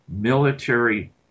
military